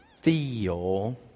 feel